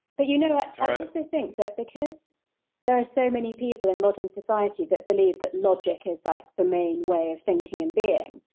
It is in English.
but you know what, i also think that because there are so many people in modern society that believe that logic is like the main way of thinking and being,